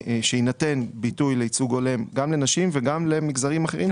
שיינתן ביטוי לייצוג הולם גם לנשים וגם למגזרים אחרים.